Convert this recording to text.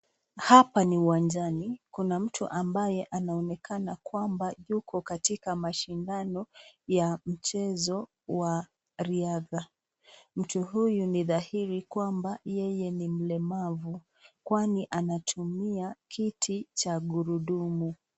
Hapa ni uwanjani, kuna mtu ambaye anaonekana kwamba yuko katika mashindano ya mchezo wa riadha. Mtu huyu ni dhahiri kwamba yeye ni mlemavu kwani anatumia kiti cha gurudumu.